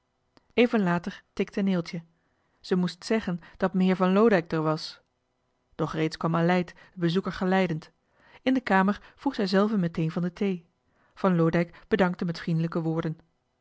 even later tikte neeltje zij moest zeggen dat meheer van loodijck d'er was doch reeds kwam aleid den bezoeker geleidend in de kamer vroeg zij zelve meteen van de thee van loodijck bedankte met vriend'lijke woorden